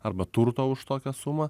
arba turto už tokią sumą